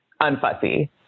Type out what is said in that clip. unfussy